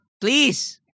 Please